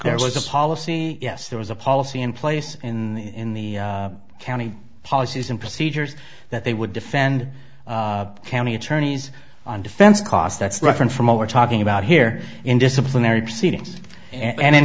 was a policy yes there was a policy in place in the county policies and procedures that they would defend county attorneys on defense cost that's reference from what we're talking about here in disciplinary proceedings and in